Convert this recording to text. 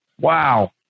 Wow